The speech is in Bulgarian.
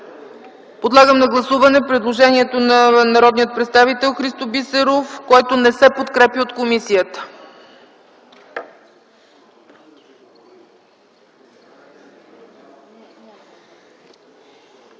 Подлагам на гласуване предложението на народния представител Христо Бисеров, което не се подкрепя от комисията.